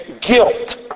guilt